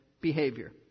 behavior